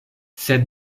sed